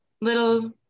Little